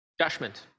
judgment